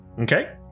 Okay